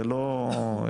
זה לא אירוע.